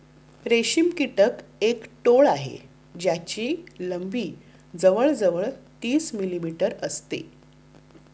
रेशम कीटक एक टोळ आहे ज्याची लंबी जवळ जवळ तीस मिलीमीटर असते